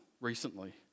recently